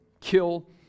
kill